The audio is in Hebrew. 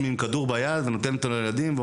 בעצמו הוא יכול לשנות את הילדים של העיר שלו,